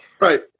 right